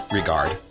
regard